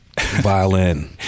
violin